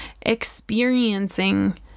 experiencing